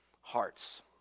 hearts